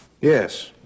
Yes